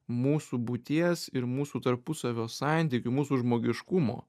mūsų būties ir mūsų tarpusavio santykių mūsų žmogiškumo